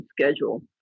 schedule